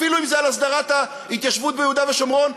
אפילו אם זה על הסדרת ההתיישבות ביהודה ושומרון,